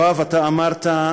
יואב, אתה אמרת: